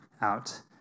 out